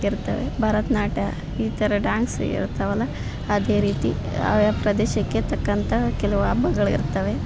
ಇರ್ತವೆ ಭರತನಾಟ್ಯ ಈ ಥರ ಡ್ಯಾನ್ಸ್ ಇರ್ತವಲ್ಲ ಅದೇ ರೀತಿ ಆಯಾ ಪ್ರದೇಶಕ್ಕೆ ತಕ್ಕಂಥ ಕೆಲವು ಹಬ್ಬಗಳಿರ್ತಾವೆ